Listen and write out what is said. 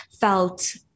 felt